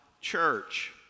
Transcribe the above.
church